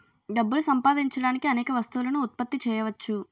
డబ్బులు సంపాదించడానికి అనేక వస్తువులను ఉత్పత్తి చేయవచ్చు